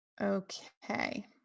okay